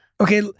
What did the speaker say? okay